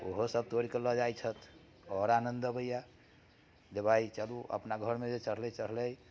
ओहो सब तोड़िके लऽ जाइत छथि आओर आनंद अबैया जे भाइ चलू अपना घरमे जे चढ़लै चढ़लै